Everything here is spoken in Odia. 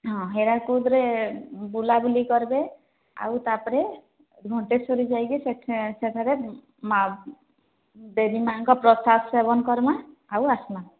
ହଁ ହୀରାକୁଦରେ ବୁଲାବୁଲି କର୍ବେ ଆଉ ତା'ପରେ ଘଣ୍ଟେଶ୍ୱରୀ ଯାଇକି ସେଠା ସେଠାରେ ମା' ଦେବୀ ମା'ଙ୍କ ପ୍ରସାଦ ସେବନ କର୍ମା ଆଉ ଆସ୍ମା